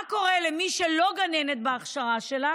מה קורה למי שלא גננת בהכשרה שלה